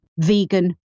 vegan